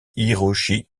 hiroshi